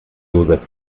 joseph